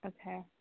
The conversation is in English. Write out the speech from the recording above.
Okay